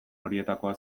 horietakoa